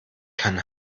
kann